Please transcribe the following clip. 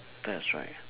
that's right